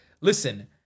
listen